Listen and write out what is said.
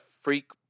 freak